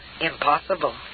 impossible